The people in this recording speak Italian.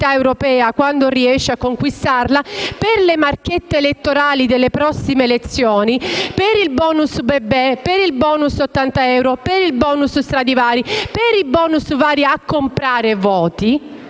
europea, quando riesce a conquistarla, per le marchette elettorali delle prossime elezioni, per il *bonus* bebè, per il *bonus* degli 80 euro, per il *bonus* Stradivari, per i *bonus* vari a comprare voti